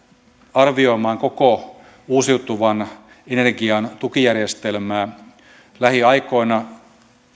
arvioimaan koko uusiutuvan energian tukijärjestelmää lähiaikoina